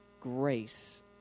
grace